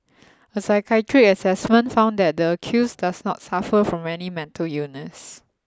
a psychiatric assessment found that the accused does not suffer from any mental illness